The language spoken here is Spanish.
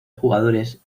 jugadores